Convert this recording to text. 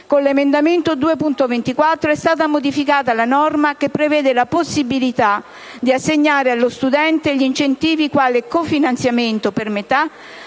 Con l'emendamento 2.24 è stata modificata la norma che prevede la possibilità di assegnare allo studente gli incentivi quale cofinanziamento, per metà,